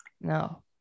No